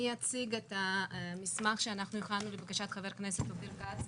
אני אציג את המסמך שהכנו לבקשת ח"כ אופיר כץ,